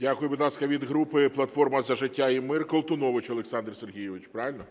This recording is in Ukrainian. Дякую. Будь ласка, від групи "Платформа за життя і мир" Колтунович Олександр Сергійович. Правильно?